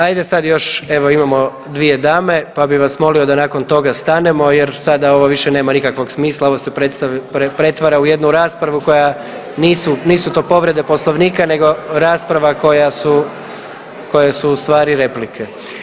Ajde sad još, evo imamo dvije dame pa bih vas molio da nakon toga stanemo jer sada ovo više nema nikakvog smisla, ovo se pretvara u jednu raspravu koja, nisu, nisu to povrede Poslovnika nego rasprava koja su u stvari replike.